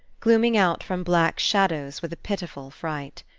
glooming out from black shadows with a pitiful fright.